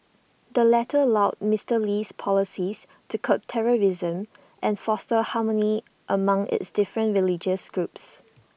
the latter lauded Mister Lee's policies to curb terrorism and foster harmony among its different religious groups